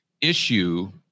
issue